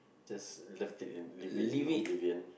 just left it in leave it in oblivion